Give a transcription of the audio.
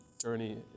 journey